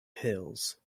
pills